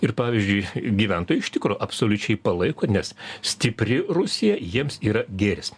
ir pavyzdžiui gyventojai iš tikro absoliučiai palaiko nes stipri rusija jiems yra gėris